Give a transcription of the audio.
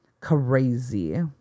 Crazy